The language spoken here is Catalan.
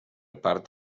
part